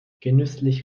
genüsslich